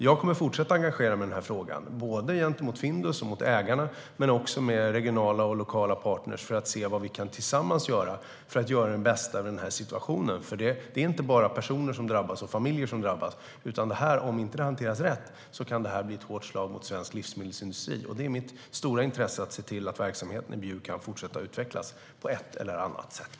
Jag kommer att fortsätta att engagera mig i denna fråga, både gentemot Findus och ägarna men också med regionala och lokala partner för att se vad vi tillsammans kan göra för att göra det bästa av situationen. Det är inte bara personer och familjer som drabbas. Om detta inte hanteras rätt kan det bli ett hårt slag mot svensk livsmedelsindustri, och mitt stora intresse är att se till att verksamheten i Bjuv kan fortsätta att utvecklas på ett eller annat sätt.